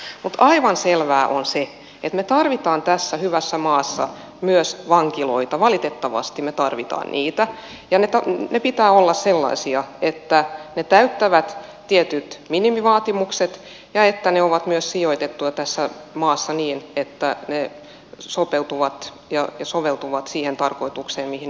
mutta aivan selvää on se että me tarvitsemme tässä hyvässä maassa myös vankiloita valitettavasti me tarvitsemme niitä ja niiden pitää olla sellaisia että ne täyttävät tietyt minimivaatimukset ja että ne on myös sijoitettu tässä maassa niin että ne sopeutuvat ja soveltuvat siihen tarkoitukseen mihin niitä tarvitaan